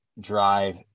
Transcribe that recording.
drive